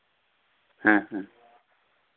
ᱦᱮᱸ ᱦᱮᱸ